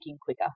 quicker